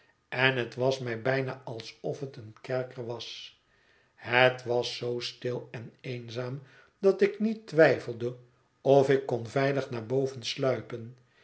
en het was mij bijna alsol het een kerker was het was zoo stil en eenzaam dat ik niet twijfelde of ik kon veilig naar boven sluipen